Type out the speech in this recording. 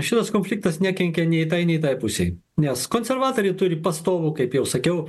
šios konfliktas nekenkia nei tai nei tai pusei nes konservatoriai turi pastovų kaip jau sakiau